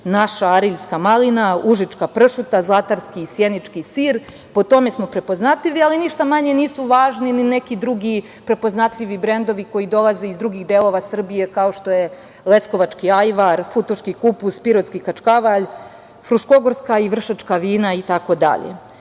naša Ariljska malina, Užička pršuta, Zlatarski i Sjenički sir, po tome smo prepoznatljivi, ali ništa manje nisu važni ni neki drugi prepoznatljivi brendovi koji dolaze iz drugih delova Srbije kao što je Leskovački ajvar, Futoški kupus, Pirotski kačkavalj, Fruškogorska i Vršačka vina, itd. Naš